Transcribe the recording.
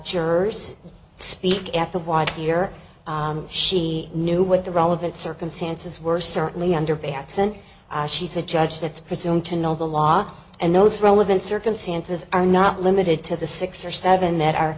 jurors speak at the water here she knew what the relevant circumstances were certainly under batson she's a judge that's presume to know the law and those relevant circumstances are not limited to the six or seven that are